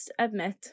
admit